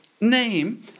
name